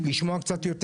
לשמוע קצת יותר.